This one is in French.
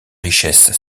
richesse